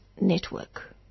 Network